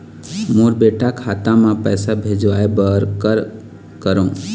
मोर बेटा खाता मा पैसा भेजवाए बर कर करों?